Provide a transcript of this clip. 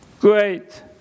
great